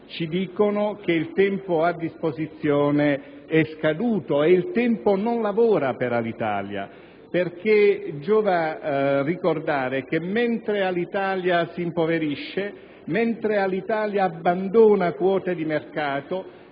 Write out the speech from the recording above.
ci dicono che il tempo a disposizione è scaduto, e il tempo non lavora per Alitalia. Giova infatti ricordare che, mentre Alitalia si impoverisce, mentre Alitalia abbandona quote di mercato,